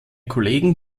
kollegen